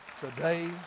today